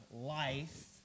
life